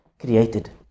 created